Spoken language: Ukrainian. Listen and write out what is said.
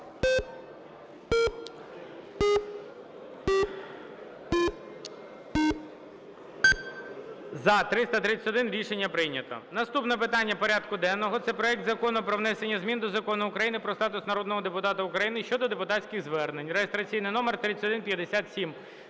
За-331 Рішення прийнято. Наступне питання порядку денного – це проект Закону про внесення змін до Закону України "Про статус народного депутата України" (щодо депутатських звернень) (реєстраційний номер 3157).